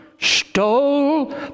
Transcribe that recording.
stole